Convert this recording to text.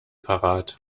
parat